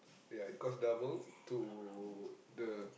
ya it cost double to the